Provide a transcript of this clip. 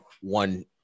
one